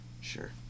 Sure